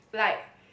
like